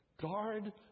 Guard